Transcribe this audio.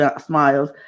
Smiles